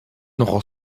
nogal